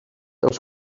els